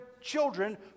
children